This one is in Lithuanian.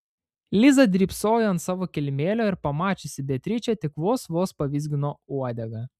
liza drybsojo ant savo kilimėlio ir pamačiusi beatričę tik vos vos pavizgino uodegą